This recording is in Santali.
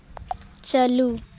ᱪᱟᱹᱞᱩ